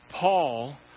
Paul